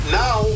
now